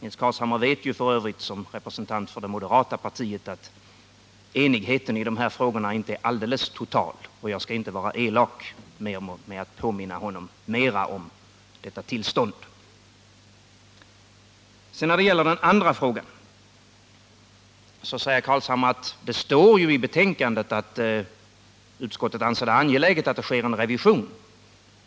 Nils Carlshamre vet f. ö. som representant för det moderata partiet att enigheten i de här frågorna inte är alldeles total. Jag skall inte vara elak och Nr 115 påminna honom mera om detta tillstånd. Onsdagen den När det gäller den andra frågan säger Nils Carlshamre att det står ju i 28 mars 1979 betänkandet att utskottet anser det angeläget att det sker en revision.